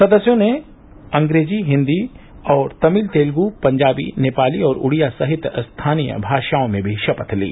सदस्यों ने अंग्रेजी हिन्दी और तमिल तेल्गु पंजाबी नेपाली और उड़िया सहित स्थानीय भाषाओं में भी शपथ ली